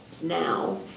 now